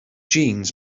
genes